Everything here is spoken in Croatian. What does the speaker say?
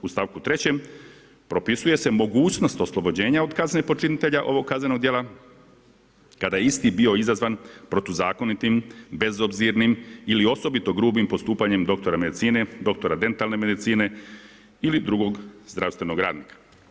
U st. 3. propisuje se mogućnost oslobođenja od kazne počinitelja ovog kaznenog djela kada je isti bio izazvan protuzakonitim, bezobzirnim ili osobito grubim postupanje doktora medicine, doktora dentalne medicine ili drugog zdravstvenog radnika.